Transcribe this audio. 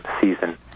season